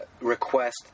request